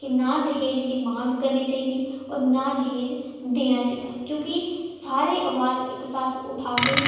कि नां दाज दी मांग करनी चाहिदी और नां दाज देना चाहिदा क्योंकि सारे अवाज इक साथ ठुआगे